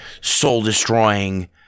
soul-destroying